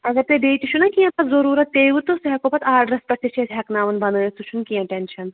اگر تۄہہِ بیٚیہِ تہِ چھُ نا کینٛہہ ضٔروٗرَتھ پییِوٕ تہٕ سُہ ہٮ۪کو پَتہٕ آڈرَس پٮ۪ٹھ تہِ چھِ أسۍ ہٮ۪کناوان بَنٲوِتھ سُہ چھُنہِ کینٛہہ ٹٮ۪نشَن